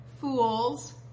fools